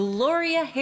Gloria